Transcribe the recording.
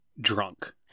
drunk